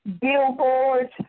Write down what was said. billboards